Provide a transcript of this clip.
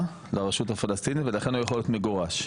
לרשות הפלסטינית ולכן הוא יכול להיות מגורש.